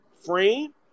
Frame